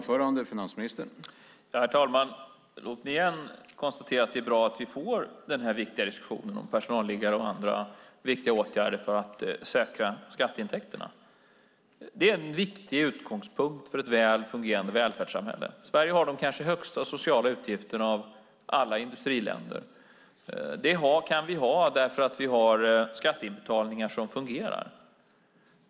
Herr talman! Låt mig igen konstatera att det är bra att vi får den här viktiga diskussionen om personalliggare och andra viktiga åtgärder för att säkra skatteintäkterna. Det är en viktig utgångspunkt för ett väl fungerande välfärdssamhälle. Sverige har kanske de högsta sociala utgifterna av alla industriländer. Det kan vi ha därför att vi har skatteinbetalningar som fungerar.